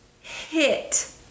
hit